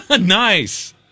Nice